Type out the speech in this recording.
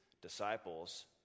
disciples